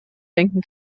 denken